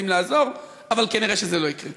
שמסתכלים עלינו, לדעתי פשוט מתביישים.